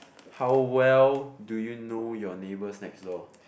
how well do you know your neighbors next door